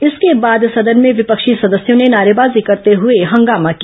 इसके बाद सदन में विपक्षी सदस्यों ने नारेबाजी करते हुए हंगामा किया